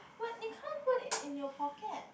but you can't put it in your pocket